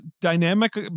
dynamic